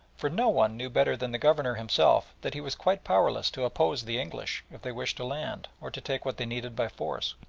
for no one knew better than the governor himself that he was quite powerless to oppose the english if they wished to land, or to take what they needed by force.